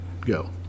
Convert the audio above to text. go